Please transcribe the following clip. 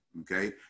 okay